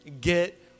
get